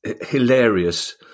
hilarious